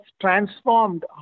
transformed